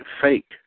fake